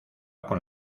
con